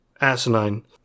asinine